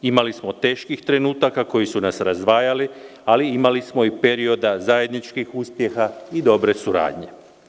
Imali smo teških trenutaka koji su nas razdvajali, ali imali smo i perioda zajedničkih uspjeha i dobre suradnje.